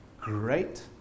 great